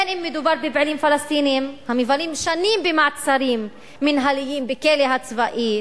בין שמדובר בפעילים פלסטינים המבלים שנים במעצרים מינהליים בכלא הצבאי,